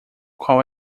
qual